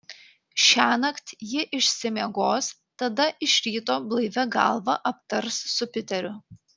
šiąnakt ji išsimiegos tada iš ryto blaivia galva aptars su piteriu